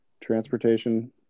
transportation